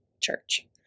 Church